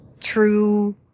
true